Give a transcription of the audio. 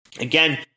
Again